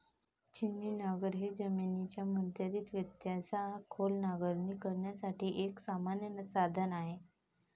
छिन्नी नांगर हे जमिनीच्या मर्यादित व्यत्ययासह खोल नांगरणी करण्यासाठी एक सामान्य साधन आहे